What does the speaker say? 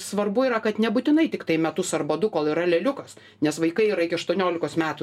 svarbu yra kad nebūtinai tiktai metus arba du kol yra lėliukas nes vaikai yra iki aštuoniolikos metų